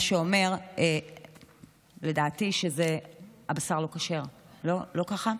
מה שאומר, לדעתי, שהבשר לא כשר לא ככה?